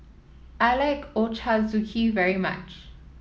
I like Ochazuke very much